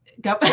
Go